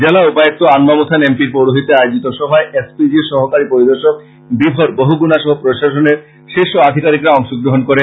জেলা উপায়ক্ত আনবামুথান এম পি র পৌরহিত্যে আয়োজিত সভায় এস পি জির সহকারী পরিদর্শক বিভর বহুগুনা সহ প্রশাসনের শীর্ষ আধিকারীকরা অংশ গ্রহন করেন